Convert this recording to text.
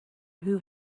who